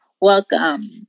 Welcome